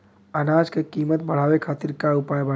अनाज क कीमत बढ़ावे खातिर का उपाय बाटे?